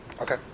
Okay